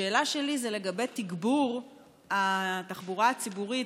השאלה שלי היא על תגבור התחבורה הציבורית,